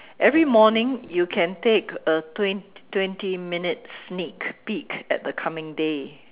every morning you can take a twen~ twenty minute sneak peak at the coming day